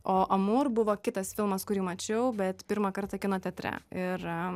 o amūr buvo kitas filmas kurį mačiau bet pirmą kartą kino teatre ir